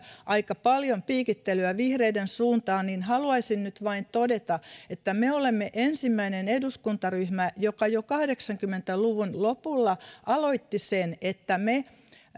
aika paljon piikittelyä vihreiden suuntaan niin haluaisin nyt vain todeta että me olemme ensimmäinen eduskuntaryhmä joka jo kahdeksankymmentä luvun lopulla aloitti sen että me